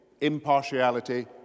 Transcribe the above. impartiality